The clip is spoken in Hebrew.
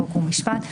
חוק ומשפט.